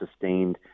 sustained